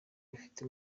bifite